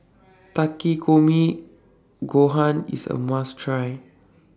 Takikomi Gohan IS A must Try